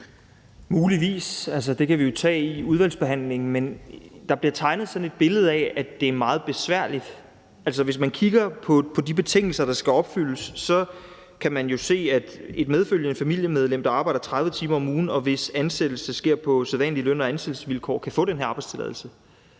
muligvis. Det kan vi jo tage i udvalgsbehandlingen. Men der bliver tegnet et billede af, at det er meget besværligt. Altså, hvis man kigger på de betingelser, der skal opfyldes, kan man jo se, at et medfølgende familiemedlem, der arbejder 30 timer om ugen, og hvis ansættelse sker på sædvanlige løn- og ansættelsesvilkår, kan få den her arbejdstilladelse.